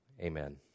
amen